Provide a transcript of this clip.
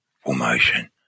formation